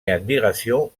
admiration